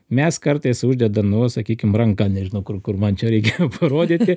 mes kartais uždedam nu sakykim ranką nežinau kur kur man čia reikia parodyti